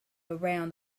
around